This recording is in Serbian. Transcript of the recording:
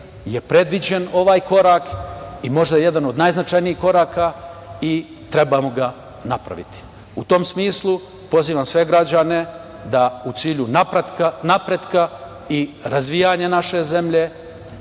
je predviđen ovaj korak i možda jedan od najznačajnijih koraka i trebamo ga napraviti.U tom smislu, pozivam sve građane da u cilju napretka i razvijanja naše zemlje